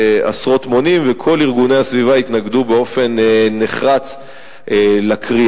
וכל ארגוני הסביבה התנגדו באופן נחרץ לכרייה.